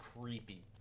creepy